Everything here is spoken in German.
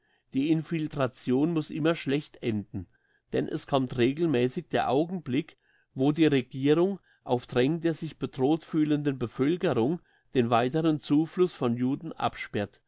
die infiltration muss immer schlecht enden denn es kommt regelmässig der augenblick wo die regierung auf drängen der sich bedroht fühlenden bevölkerung den weiteren zufluss von juden absperrt